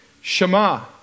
Shema